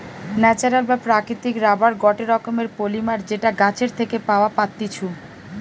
natural বা প্রাকৃতিক rubber গটে রকমের পলিমার যেটা গাছের থেকে পাওয়া পাত্তিছু